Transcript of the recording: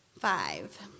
Five